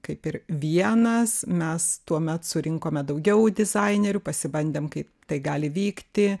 kaip ir vienas mes tuomet surinkome daugiau dizainerių pasibandėm kaip tai gali vykti